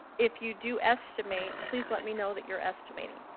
if you do estimate, please, let me know that you are estimating.